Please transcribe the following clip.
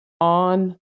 on